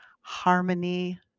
harmony